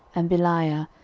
and bealiah,